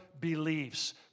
beliefs